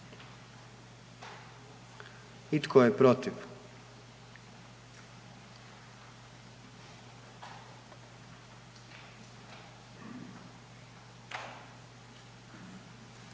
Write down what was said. I tko je protiv?